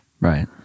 Right